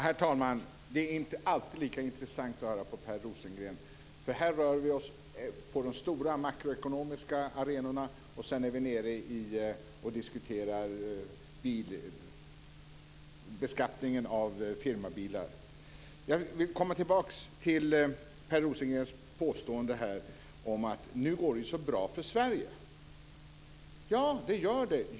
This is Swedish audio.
Herr talman! Det är inte alltid lika intressant att höra på Per Rosengren. Här rör vi oss på de stora makroekonomiska arenorna, och sedan diskuterar vi beskattningen av firmabilar. Jag vill komma tillbaka till Per Rosengrens påstående om att det går så bra för Sverige nu. Ja, det gör det.